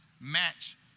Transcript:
match